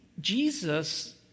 Jesus